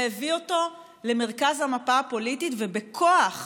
והביא אותו למרכז המפה הפוליטית ובכוח,